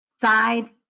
Side